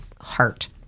heart